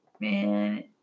man